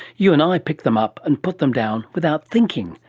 you and i pick them up and put them down without thinking,